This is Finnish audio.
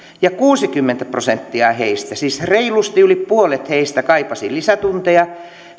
ja kuusikymmentä prosenttia heistä siis reilusti yli puolet heistä kaipasi lisätunteja